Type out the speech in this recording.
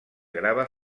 grava